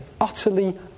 utterly